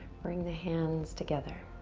bring the hands together.